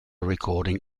recording